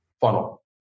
funnel